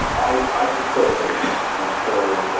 and i i facilitate them and so,